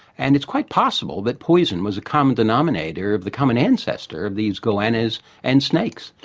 and it's quite possible that poison was a common denominator of the common ancestor of these goannas and snakes.